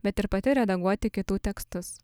bet ir pati redaguoti kitų tekstus